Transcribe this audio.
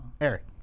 Eric